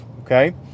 Okay